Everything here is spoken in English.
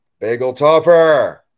Bageltopper